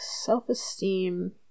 self-esteem